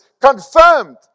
confirmed